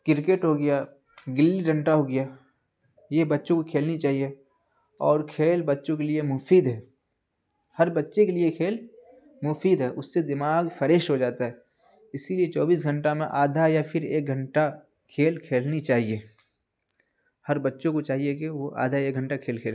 cricket ہو گیا گلی ڈنٹا ہو گیا یہ بچوں کو کھیلنی چاہیے اور کھیل بچوں کے لیے مفید ہے ہر بچے کے لیے کھیل مفید ہے اس سے دماغ فڑیش ہو جاتا ہے اسی لیے چوبیس گھنٹہ میں آدھا یا فر ایک گھنٹہ کھیل کھیلنی چاہیے ہر بچوں کو چاہیے کہ وہ آدھا ایک گھنٹہ کھیل کھیلے